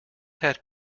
had